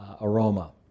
aroma